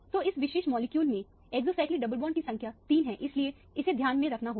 तो इस विशेष मॉलिक्यूल में एक्सोसाइक्लिक डबल बॉन्ड की संख्या 3 है इसलिए इसे ध्यान में रखना होगा